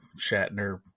Shatner